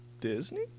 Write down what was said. Disney